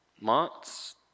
months